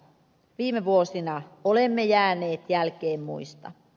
viime vuosina olemme jääneet jälkeen muista